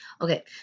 Okay